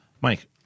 Mike